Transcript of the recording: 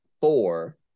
four